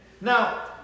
Now